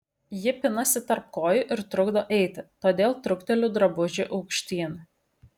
ji pinasi tarp kojų ir trukdo eiti todėl trukteliu drabužį aukštyn